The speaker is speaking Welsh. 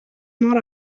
mor